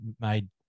made